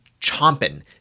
chomping